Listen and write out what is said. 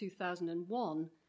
2001